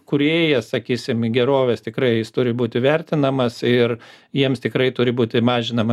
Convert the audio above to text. kūrėjas sakysim gerovės tikrai jis turi būti vertinamas ir jiems tikrai turi būti mažinama